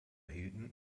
hielten